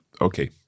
okay